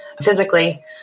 physically